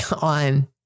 on